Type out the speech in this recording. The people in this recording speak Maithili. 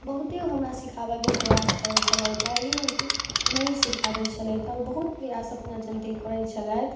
बहुते हमरा सीखाबके प्रयास करै छलथि हँ ई नहि की नहि सीखाबै छलथि हँ ओ बहुत प्रयास अपना जनते करै छलथि